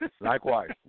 Likewise